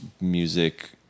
music